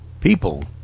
People